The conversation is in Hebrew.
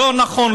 לא נכון.